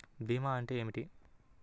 భీమా అంటే ఏమిటి?